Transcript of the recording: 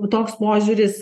toks požiūris